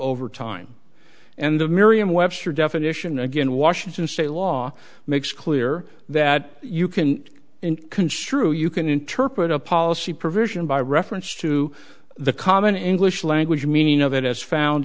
over time and the mirriam webster definition again washington state law makes clear that you can construe you can interpret a policy provision by reference to the common english language meaning of it as found